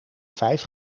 vijf